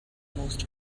most